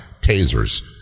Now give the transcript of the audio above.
tasers